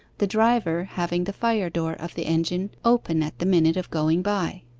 the driver having the fire-door of the engine open at the minute of going by.